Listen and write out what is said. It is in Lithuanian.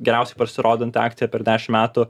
geriausiai pasirodanti akcija per dešim metų